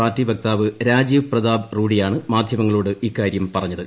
party വക്താവ് രാജീവ് പ്രതാപ് റൂഡിയാണ് മാധ്യമങ്ങളോട് ഇക്കാര്യം പറഞ്ഞത്